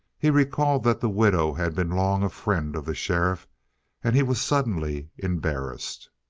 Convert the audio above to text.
he recalled that the widow had been long a friend of the sheriff and he was suddenly embarrassed.